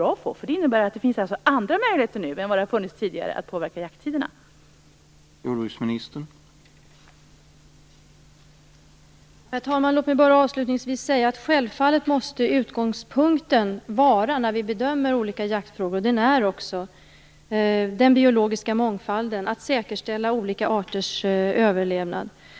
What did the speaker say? Det innebär nämligen att det finns andra möjligheter nu att påverka jakttiderna än vad det funnits tidigare.